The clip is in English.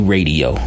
Radio